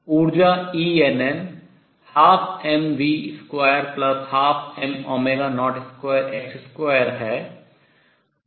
ऊर्जा Enn 12mv212m02x2 है